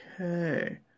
Okay